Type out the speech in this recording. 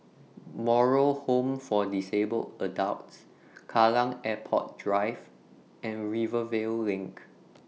Moral Home For Disabled Adults Kallang Airport Drive and Rivervale LINK